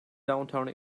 downtown